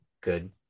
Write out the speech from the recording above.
good